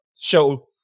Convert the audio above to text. show